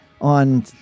on